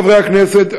חברי הכנסת,